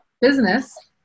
business